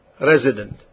resident